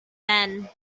then